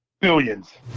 Billions